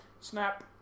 Snap